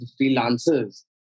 freelancers